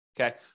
okay